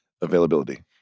availability